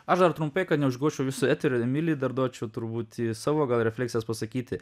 aš dar trumpai kad neužgožčiau jūsų eterio emilijai dar duočiau turbūt savo gal refleksijas pasakyti